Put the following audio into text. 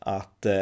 att